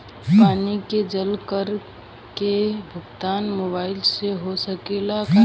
पानी के जल कर के भुगतान मोबाइल से हो सकेला का?